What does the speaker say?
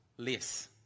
Less